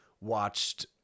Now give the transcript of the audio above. watched